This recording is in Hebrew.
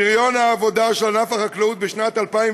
פריון העבודה של ענף החקלאות בשנת 2010